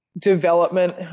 development